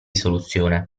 soluzione